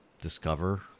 discover